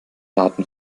daten